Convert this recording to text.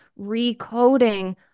recoding